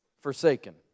forsaken